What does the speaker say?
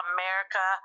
America